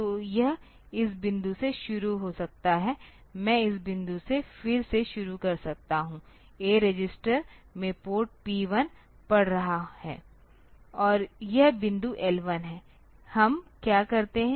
तो यह इस बिंदु से शुरू हो सकता है मैं इस बिंदु से फिर से शुरू कर सकता हूं A रजिस्टर में पोर्ट P 1 पढ़ रहा है और यह बिंदु L 1 है हम क्या करते हैं